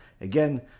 again